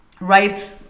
right